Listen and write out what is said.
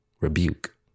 rebuke